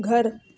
घरु